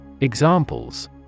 Examples